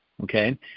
Okay